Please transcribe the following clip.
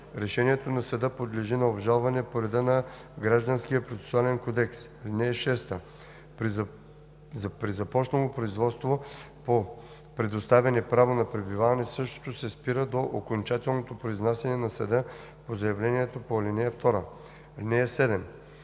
Решението на съда подлежи на обжалване по реда на Гражданския процесуален кодекс. (6) При започнало производство по предоставяне право на пребиваване, същото се спира до окончателно произнасяне на съда по заявлението по ал. 2. (7)